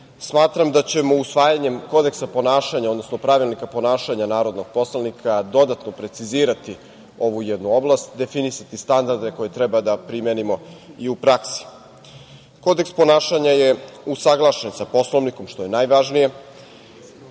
smatram da ćemo usvajanjem Kodeksa ponašanja, odnosno pravilnika ponašanja narodnog poslanika dodatno precizirati ovu jednu oblast, definisati standarde koje treba da primenimo i u praksi. Kodeks ponašanja je usaglašen sa Poslovnikom, što je najvažnije.